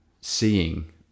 seeing